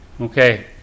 Okay